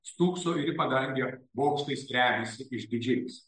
stūkso ir į padangę bokštais remiasi išdidžiais